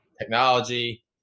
technology